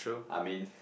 I mean